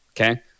Okay